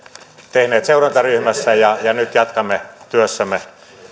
tehneet seurantaryhmässä ja ja nyt jatkamme työssämme